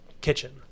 kitchen